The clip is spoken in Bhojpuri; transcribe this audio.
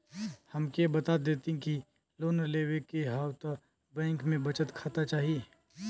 हमके बता देती की लोन लेवे के हव त बैंक में बचत खाता चाही?